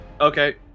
Okay